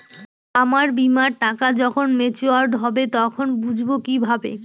আমার বীমার টাকা যখন মেচিওড হবে তখন বুঝবো কিভাবে?